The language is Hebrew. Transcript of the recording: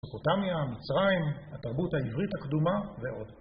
מסופוטמיה, מצרים, התרבות העברית הקדומה ועוד.